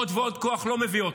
עוד ועוד כוח לא מביא אותם.